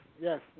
Yes